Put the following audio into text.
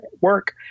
work